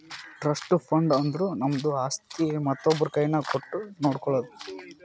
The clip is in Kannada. ಟ್ರಸ್ಟ್ ಫಂಡ್ ಅಂದುರ್ ನಮ್ದು ಆಸ್ತಿ ಮತ್ತೊಬ್ರು ಕೈನಾಗ್ ಕೊಟ್ಟು ನೋಡ್ಕೊಳೋದು